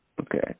Okay